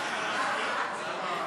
התשע"ה 2015, נתקבלה.